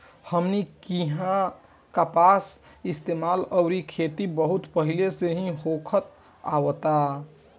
हमनी किहा कपास के इस्तेमाल अउरी खेती बहुत पहिले से ही होखत आवता